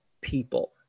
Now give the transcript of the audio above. people